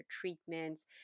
treatments